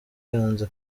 yanze